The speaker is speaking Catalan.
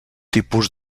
tipus